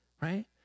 right